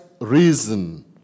reason